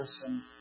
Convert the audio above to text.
person